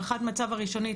הערכת מצב הראשונית,